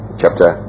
chapter